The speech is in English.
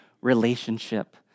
relationship